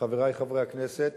חברי חברי הכנסת,